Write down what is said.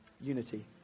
unity